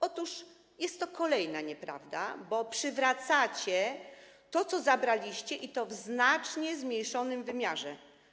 Otóż jest to kolejna nieprawda, bo przywracacie to, co zabraliście, i to w znacznie zmniejszonym wymiarze.